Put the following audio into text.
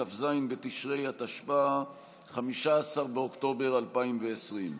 כ"ז בתשרי התשפ"א (15 באוקטובר 2020)